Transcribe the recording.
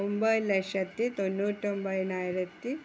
ഒൻപത് ലക്ഷത്തി തൊണ്ണൂറ്റൊൻപതിനായിരത്തി